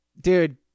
Dude